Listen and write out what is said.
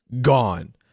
gone